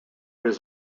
his